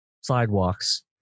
sidewalks